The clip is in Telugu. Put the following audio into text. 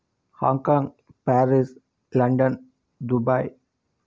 Hong Kong Paris London Dubai